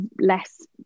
less